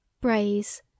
braise